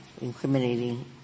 incriminating